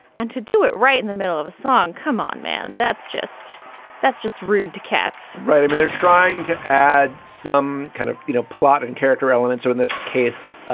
and to do it right in the middle of a song. come on, man. that's just that's just rude to cats, right? i mean, they're trying to add some kind of, you know, plot and character elements or in this case,